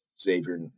Xavier